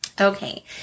Okay